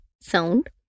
sound